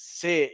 se